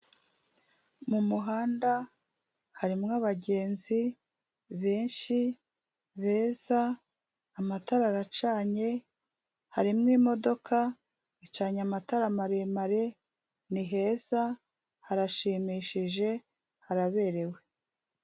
Mu muhanda harimo abagenzi benshi beza, amatara aracanye, harimo imodoka icanye amatara maremare, ni heza harashimishije haraberewe.